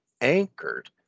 anchored